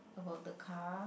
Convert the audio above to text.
about the car